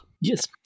Yes